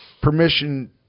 Permission